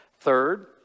Third